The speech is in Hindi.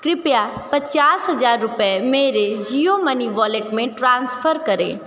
कृपया पचास हज़ार रुपये मेरे जिओ मनी वॉलेट में ट्रांसफ़र करें